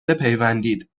بپیوندید